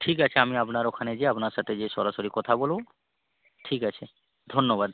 ঠিক আছে আমি আপনার ওখানে যেয়ে আপনার সাথে যেয়ে সরাসরি কথা বলবো ঠিক আছে ধন্যবাদ